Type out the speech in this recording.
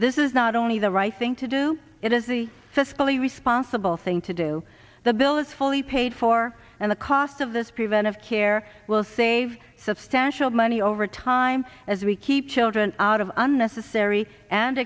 this is not only the right thing to do it is the fiscally responsible thing to do the bill is fully paid for and the cost of this preventive care will save substantial money over time as we keep children out of unnecessary and